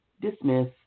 dismiss